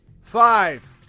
Five